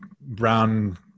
brown